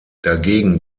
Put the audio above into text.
dagegen